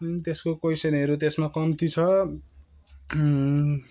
त्यसको कोइसनहरू त्यसमा कम्ती छ